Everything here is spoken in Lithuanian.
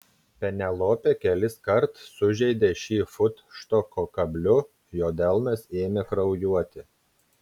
penelopė keliskart sužeidė šį futštoko kabliu jo delnas ėmė kraujuoti